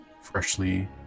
freshly